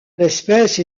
l’espèce